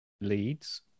leads